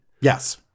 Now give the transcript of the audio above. Yes